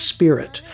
Spirit